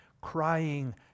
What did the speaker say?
crying